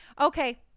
Okay